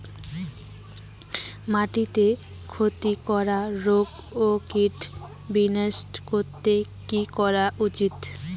মাটিতে ক্ষতি কর রোগ ও কীট বিনাশ করতে কি করা উচিৎ?